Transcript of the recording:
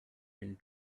been